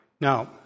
Now